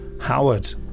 Howard